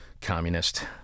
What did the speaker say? communist